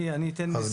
גם